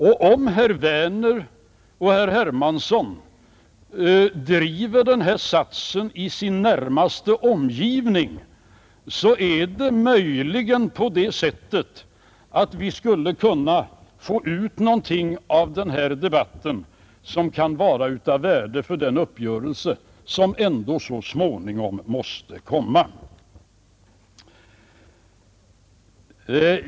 Om herrar Werner och Hermansson i Stockholm driver denna sats i sin närmaste omgivning, skulle vi möjligen kunna få ut något av denna debatt, som kan vara av värde för den uppgörelse vilken ändå så småningom måste komma.